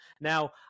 Now